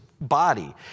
body